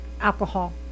alcohol